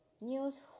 news